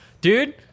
dude